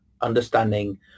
understanding